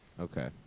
Okay